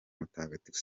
mutagatifu